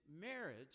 marriage